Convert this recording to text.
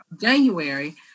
January